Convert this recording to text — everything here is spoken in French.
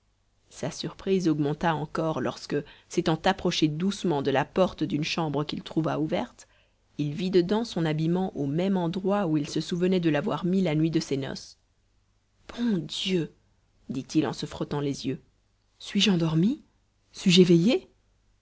sa surprise augmenta encore lorsque s'étant approché doucement de la porte d'une chambre qu'il trouva ouverte il vit dedans son habillement au même endroit où il se souvenait de l'avoir mis la nuit de ses noces bon dieu dit-il en se frottant les yeux suis-je endormi suis-je éveillé